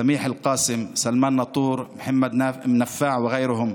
סמיח אל-קאסם, סלמאן נאטור, מוחמד נפאע ואחרים.